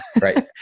Right